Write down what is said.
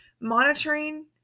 monitoring